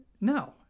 no